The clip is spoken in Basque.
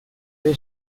ere